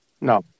No